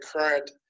current